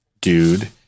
dude